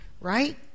right